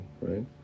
right